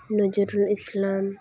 Nazrul Islam